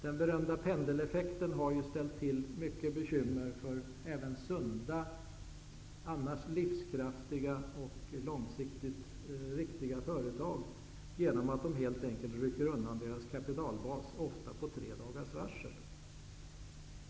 Den berömda pendeleffekten har ju ställt till mycket bekymmer även för sunda, annars livskraftiga och långsiktigt riktiga företag genom att helt enkelt rycka undan deras kapitalbas, ofta med tre dagars varsel.